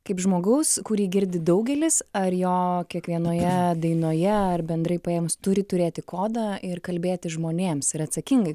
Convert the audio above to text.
kaip žmogus kurį girdi daugelis ar jo kiekvienoje dainoje ar bendrai paėmus turi turėti kodą ir kalbėti žmonėms ir atsakingai